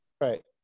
Right